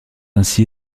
ainsi